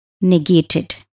negated